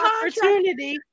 opportunity